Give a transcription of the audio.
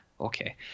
okay